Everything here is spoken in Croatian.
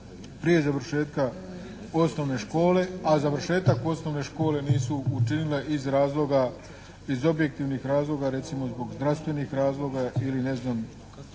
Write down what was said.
prije završetka osnovne škole, a završetak osnovne škole nisu učinile iz razloga, iz objektivnih razloga recimo zbog zdravstvenih razloga ili ne znam,